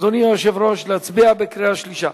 אדוני היושב-ראש, להצביע בקריאה שלישית?